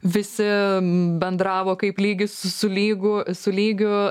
visi bendravo kaip lygis su lygu su lygiu